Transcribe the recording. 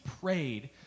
prayed